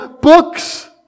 books